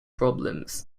problems